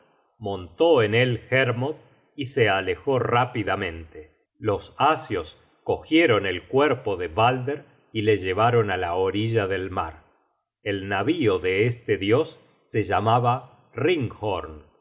at content from google book search generated at los asios cogieron el cuerpo de balder y le llevaron á la orilla del mar el navío de este dios se llamaba